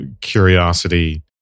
curiosity